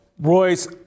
Royce